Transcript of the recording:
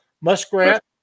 Muskrat